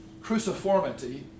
cruciformity